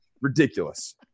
ridiculous